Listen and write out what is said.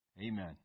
Amen